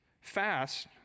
fast